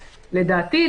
לדעתי,